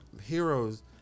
Heroes